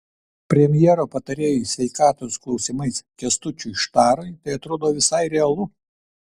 premjero patarėjui sveikatos klausimais kęstučiui štarui tai atrodo visai realu